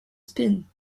spin